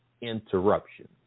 interruptions